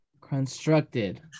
constructed